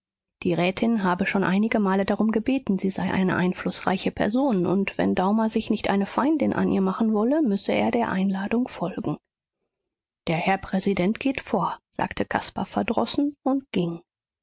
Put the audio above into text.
die rätin habe schon einige male darum gebeten sie sei eine einflußreiche person und wenn daumer sich nicht eine feindin an ihr machen wolle müsse er der einladung folgen der herr präsident geht vor sagte caspar verdrossen und ging